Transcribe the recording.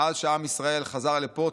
מאז שעם ישראל חזר לפה,